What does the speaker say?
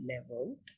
level